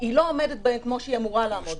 היא לא עומדת בהם כמו שהיא אמורה לעמוד בהם.